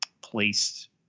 Placed